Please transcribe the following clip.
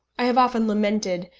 i have often lamented,